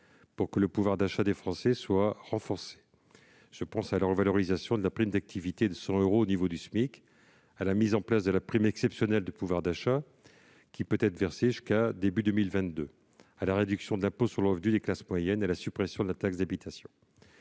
pour renforcer le pouvoir d'achat des Français. Je pense à la revalorisation de la prime d'activité de 100 euros au niveau du SMIC, à la mise en place de la prime exceptionnelle de pouvoir d'achat, qui peut être versée jusqu'au début de l'année 2022, à la réduction de l'impôt sur le revenu des classes moyennes ou encore à la suppression de la taxe d'habitation.